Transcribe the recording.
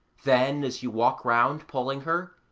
then as you walk round, pulling her,